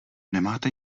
nemáte